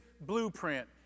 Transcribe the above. blueprint